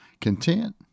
Content